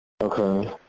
Okay